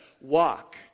walk